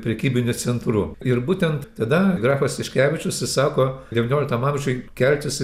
prekybiniu centru ir būtent tada grafas tiškevičius įsako devynioliktam amžiuj keltis